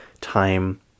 time